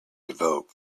revolt